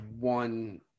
one